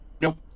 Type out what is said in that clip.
Nope